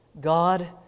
God